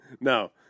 No